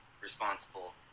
responsible